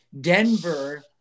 Denver